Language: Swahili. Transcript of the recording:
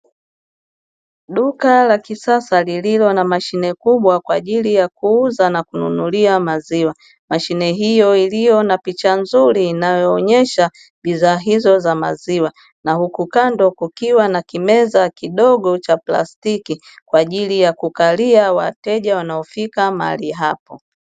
Duka la kisasa lililo na mashine kubwa kwa ajili ya kuuza na kununua maziwa, mashine hiyo iliyo na picha nzuri inayoonyesha bidhaa hizo za maziwa na huku kando kukiwa na kimeza kidogo cha plastiki kwa ajili ya kukalia wateja wanaofika mahali hapo.